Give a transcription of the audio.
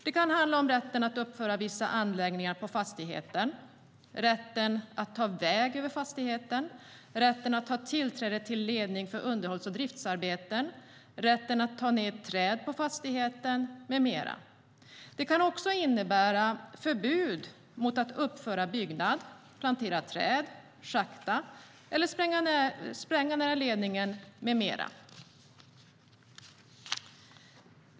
Det kan handla om rätten att uppföra vissa anläggningar på fastigheten, rätten att ta väg över fastigheten, rätten att ha tillträde till ledning för underhålls och driftsarbeten, rätten att ta ned träd på fastigheten med mera. Det kan också innebära förbud mot att uppföra byggnad, plantera träd, schakta eller spränga nära ledningen och så vidare.